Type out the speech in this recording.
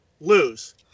lose